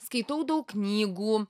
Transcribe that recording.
skaitau daug knygų